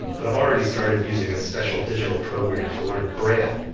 but i've already started using a special digital program to learn braille,